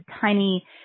tiny